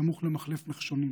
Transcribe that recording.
סמוך למחלף נחשונים.